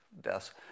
deaths